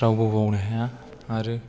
रावबो बावनो हाया आरो